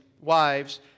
wives